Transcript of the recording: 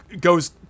goes